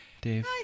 Dave